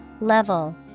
Level